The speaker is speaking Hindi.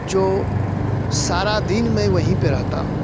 जो सारा दिन मैं वहीं पर रहता हूँ